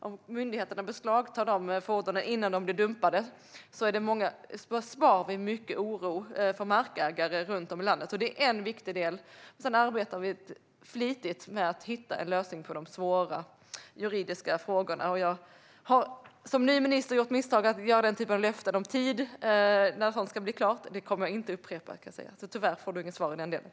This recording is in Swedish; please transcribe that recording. Om myndigheterna beslagtar fordonen innan de blir dumpade besparar vi markägare runt om i landet mycket oro. Det är en viktig del. Vi arbetar flitigt med att hitta lösningar på de svåra juridiska frågorna. Jag har som ny minister gjort misstaget att ge löften om vid vilken tid sådant ska bli klart. Det misstaget kommer jag inte att upprepa. Tyvärr får Sten Bergheden alltså inget svar på det.